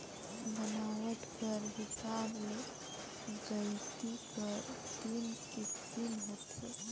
बनावट कर हिसाब ले गइती कर तीन किसिम होथे